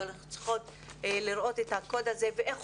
אבל אנחנו צריכות לראות את הקוד הזה ואיך